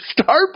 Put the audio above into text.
Starbucks